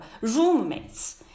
roommates